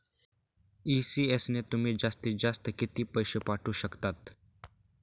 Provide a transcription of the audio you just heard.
ECS ने तुम्ही जास्तीत जास्त किती पैसे पाठवू शकतात?